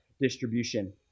distribution